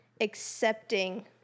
accepting